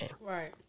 Right